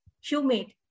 humid